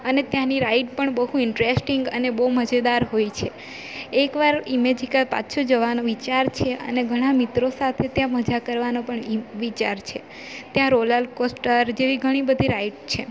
અને ત્યાંની રાઈડ પણ બહુ ઇન્ટરેસ્ટિંગ અને બહુ મજેદાર હોય છે એકવાર ઈમેજીકા પાછું જવાનો વિચાર છે અને ઘણા મિત્રો સાથે ત્યાં મજા કરવાનો પણ વિચાર છે ત્યાં રોલર કોસ્ટર જેવી ઘણી બધી રાઇડ છે